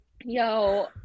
yo